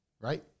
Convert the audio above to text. right